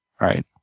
right